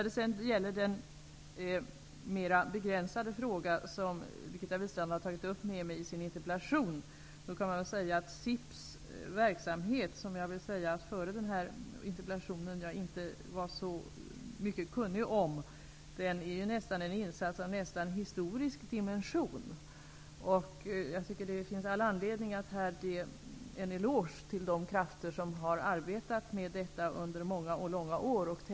Den mer begränsade frågan om SIP:s verksamhet, som Birgitta Wistrand har tagit upp, hade jag inte särskilt mycket kunskaper om innan jag tog del av interpellationen. Det är fråga om en insats av nästan historisk dimension. Jag tycker att det finns all anledning att här ge en eloge till de krafter som tämligen anonymt har arbetat med detta under många år.